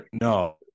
No